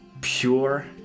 pure